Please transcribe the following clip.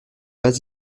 pas